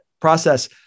process